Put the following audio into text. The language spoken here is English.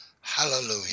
Hallelujah